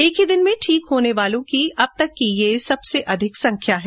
एक दिन में ठीक होने वालों की यह अब तक की सबसे अधिक संख्या है